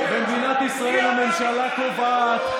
במדינת ישראל הממשלה קובעת,